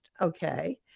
Okay